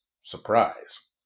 surprise